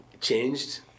changed